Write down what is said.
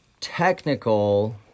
Technical